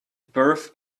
birth